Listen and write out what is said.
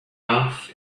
off